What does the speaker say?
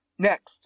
Next